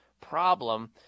problem